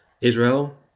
Israel